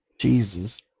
Jesus